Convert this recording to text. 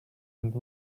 and